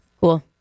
Cool